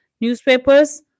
newspapers